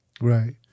Right